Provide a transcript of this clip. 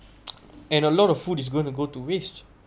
and a lot of food is gonna to go to waste